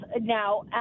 Now